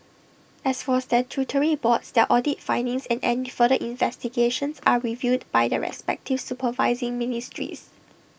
as for statutory boards their audit findings and any further investigations are reviewed by their respective supervising ministries